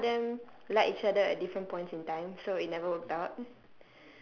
some of them like each other at different points in time so it never worked out